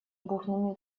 бурными